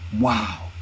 Wow